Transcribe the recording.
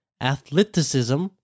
athleticism